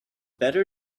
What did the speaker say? better